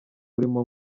burimo